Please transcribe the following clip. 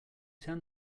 turned